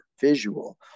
visual